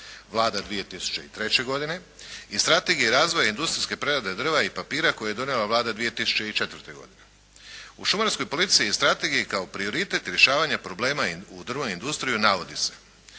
Vlada 2003. godine i strategiji razvoja industrijske prerade drva i papira koje je donijela Vlada 2004. godine. U šumarskoj politici i strategiji kao prioritet rješavanja problema u drvnoj industriji navodi se